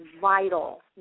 vital